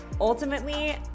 Ultimately